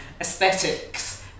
aesthetics